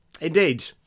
Indeed